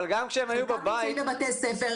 אבל גם כשהם היו בבית --- חלקם הולכים לבתי ספר,